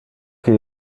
que